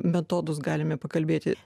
metodus galime pakalbėti